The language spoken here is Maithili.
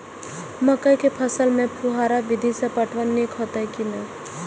मकई के फसल में फुहारा विधि स पटवन नीक हेतै की नै?